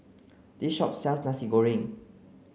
this shop sells Nasi Goreng